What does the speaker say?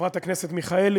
חברת הכנסת מיכאלי,